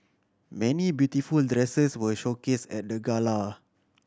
many beautiful dresses were showcase at the gala